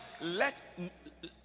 let